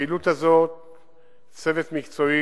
צוות מקצועי